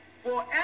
forever